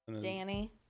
Danny